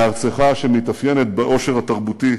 מארצך, שמתאפיינת בעושר התרבותי,